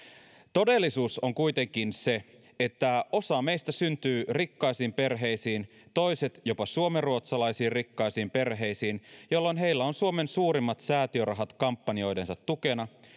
todellisuus on kuitenkin se että osa meistä syntyy rikkaisiin perheisiin toiset jopa suomenruotsalaisiin rikkaisiin perheisiin jolloin heillä on suomen suurimmat säätiörahat kampanjoidensa tukena